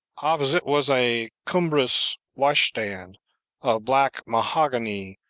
opposite was a cumbrous washstand, of black mahogany,